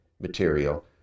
material